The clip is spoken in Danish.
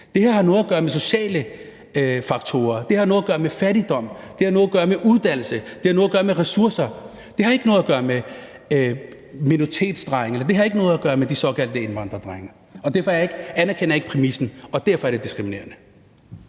det har noget at gøre med uddannelse, det har noget at gøre med ressourcer. Det har ikke noget at gøre med minoritetsdrenge, eller det har ikke noget at gøre med de såkaldte indvandrerdrenge. Derfor anerkender jeg ikke præmissen, og derfor er det diskriminerende.